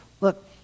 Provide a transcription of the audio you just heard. Look